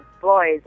boys